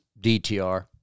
DTR